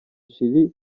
chili